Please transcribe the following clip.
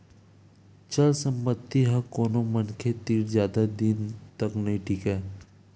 चल संपत्ति ह कोनो मनखे तीर जादा दिन तक नइ टीकय